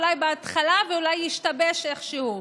אולי בהתחלה ואולי ישתבש איכשהו.